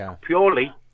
purely